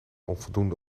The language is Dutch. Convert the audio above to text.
onvoldoende